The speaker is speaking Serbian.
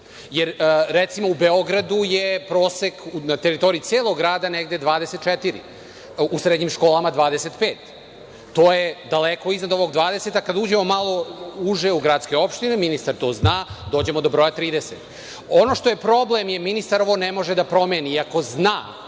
jer, recimo, u Beogradu je prosek na teritoriji celog grada negde 24, u srednjim školama 25. To je daleko iznad ovog 20. A, kada uđemo malo uže u gradske opštine, ministar to zna, dođemo do broja 30.Ono što je problem, i ministar ovo ne može da promeni, iako zna